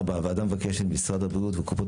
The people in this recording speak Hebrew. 4. הוועדה מבקשת ממשרד הבריאות ומקופות